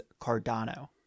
Cardano